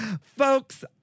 Folks